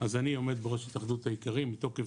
אז אני עומד בראש התאחדות האיכרים ומתוקף